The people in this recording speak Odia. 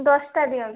ଦଶଟା ଦିଅନ୍ତୁ